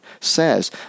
says